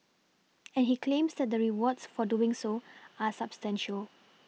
and he claims that the rewards for doing so are substantial